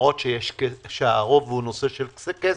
למרותש שהרוב הוא נושא כסף,